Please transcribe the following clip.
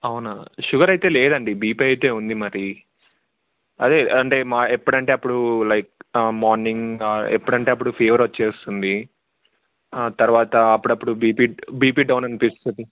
అవునా షుగర్ అయితే లేదండి బీపీ అయితే ఉంది మరి అదే అంటే మా ఎప్పుడంటే అప్పుడు లైక్ మార్నింగ్ ఎప్పుడంటే అప్పుడు ఫీవర్ వచ్చేస్తుంది తర్వాత అప్పుడప్పుడు బీపీ బీపీ డౌన్ అనిపిస్తుంది